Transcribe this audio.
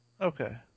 Okay